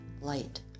light